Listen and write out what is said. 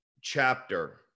chapter